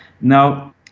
Now